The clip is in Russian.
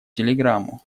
телеграмму